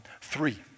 three